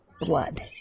blood